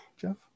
Jeff